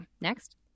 next